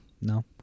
No